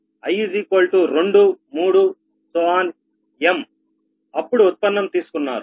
m అప్పుడు ఉత్పన్నం తీసుకున్నారు